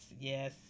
Yes